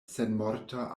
senmorta